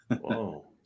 Whoa